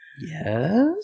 Yes